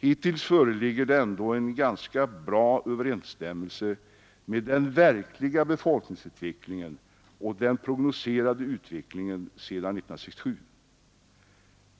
Hittills föreligger det ändå en ganska bra överensstämmelse mellan den verkliga befolkningsutvecklingen och den prognostise rade utvecklingen sedan 1967.